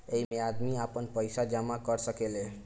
ऐइमे आदमी आपन पईसा जमा कर सकेले